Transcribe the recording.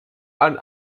allen